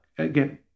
Again